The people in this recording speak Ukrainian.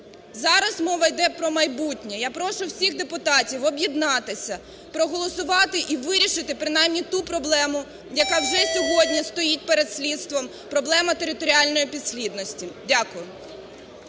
зараз мова йде про майбутнє. Я прошу всіх депутатів об'єднатися, проголосувати і вирішити принаймні ту проблему, яка вже сьогодні стоїть перед слідством, – проблему територіальної підслідності. Дякую.